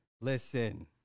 Listen